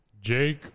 Jake